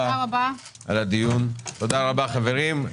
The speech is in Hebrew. תודה לחברים,